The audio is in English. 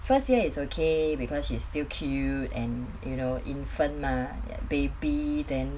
first year is okay because she's still cute and you know infant mah ya baby then